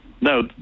no